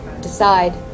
decide